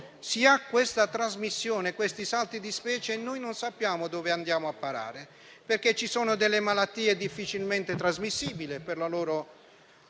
vi sono questa trasmissione e questi salti di specie, noi non sappiamo dove andiamo a parare, perché ci sono malattie difficilmente trasmissibili, per la loro